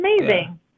amazing